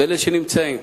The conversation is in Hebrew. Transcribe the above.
באלה שנמצאים.